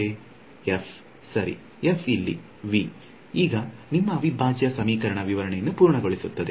f ಸರಿ f ಇಲ್ಲಿ V ಈಗ ನಿಮ್ಮ ಅವಿಭಾಜ್ಯ ಸಮೀಕರಣಗಳ ವಿವರಣೆಯನ್ನು ಪೂರ್ಣಗೊಳಿಸುತ್ತದೆ